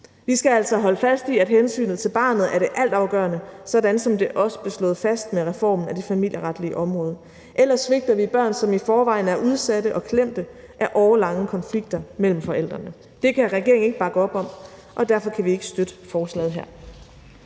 Vi skal altså holde fast i, at hensynet til barnet er det altafgørende, sådan som det også blev slået fast med reformen af det familieretlige område, for ellers svigter vi børn, som i forvejen er udsatte og klemte af årelange konflikter mellem forældrene. Det kan regeringen ikke bakke op om, og derfor kan vi ikke støtte forslaget her.